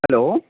hello